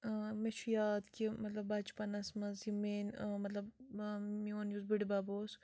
ٲ مےٚ چھُ یاد کہِ مطلب بَچہٕ پَنَس منٛز یِم میٲنۍ مطلب میون یُس بٔڈۍ بَب اوس